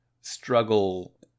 struggle